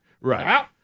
right